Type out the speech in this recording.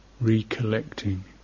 recollecting